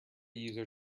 user